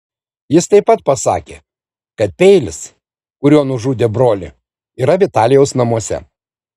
jis taip pat pasakė kad peilis kuriuo nužudė brolį yra vitalijaus namuose